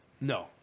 No